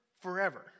forever